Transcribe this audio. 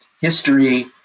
history